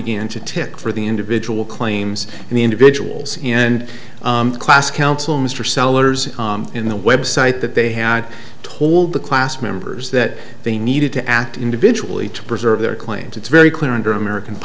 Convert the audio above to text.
began to tick for the individual claims and the individuals in the class counsel mr sellers in the website that they had told the class members that they needed to act individually to preserve their claims it's very clear under american